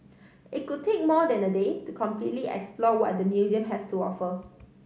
it could take more than a day to completely explore what the museum has to offer